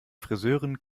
friseurin